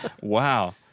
Wow